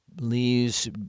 leaves